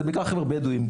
זה בעיקר חבר'ה בדואים.